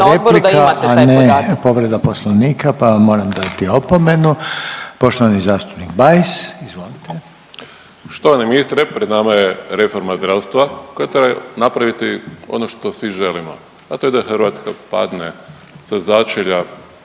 replika, a ne povreda poslovnika, pa vam moram dati opomenu. Poštovani zastupnik Bajs, izvolite. **Bajs, Damir (Fokus)** Štovani ministre, pred nama je reforma zdravstva koja treba napraviti ono što svi želimo, a to je da Hrvatska padne sa začelja